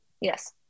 Yes